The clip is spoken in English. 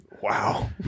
Wow